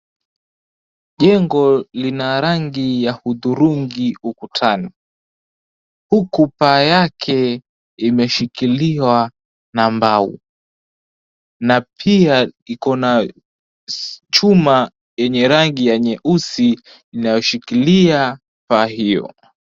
Jengo lina rangi ya hudhurungi udhurungi ukutani, huku paa yake imeshikiliwa na mbao, na pia iko na chuma yenye rangi ya nyeusi inayoshikilia paa hiyo.